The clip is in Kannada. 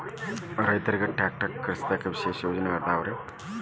ರೈತರಿಗೆ ಟ್ರ್ಯಾಕ್ಟರ್ ಖರೇದಿಸಾಕ ವಿಶೇಷ ಯೋಜನೆಗಳು ಅದಾವೇನ್ರಿ?